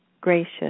Gracious